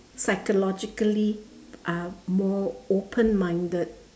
psychologically are more open minded